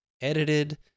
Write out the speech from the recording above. edited